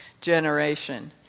generation